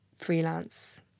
freelance